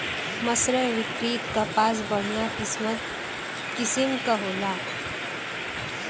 मर्सरीकृत कपास बढ़िया किसिम क होला